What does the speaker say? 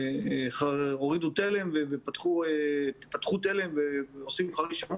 שבאמת פתחו תלם ועושים חיל שם